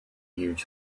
huge